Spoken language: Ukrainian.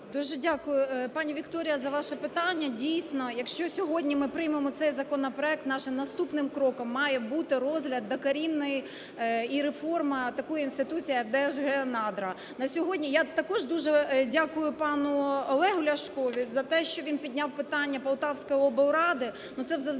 Дуже дякую, пані Вікторія, за ваше питання. Дійсно, якщо сьогодні ми приймемо цей законопроект, нашим наступним кроком має бути розгляд докорінний, і реформа такої інституції, як Держгеонадра. На сьогодні… я також дуже дякую пану Олегу Ляшкові за те, що він підняв питання Полтавської облради.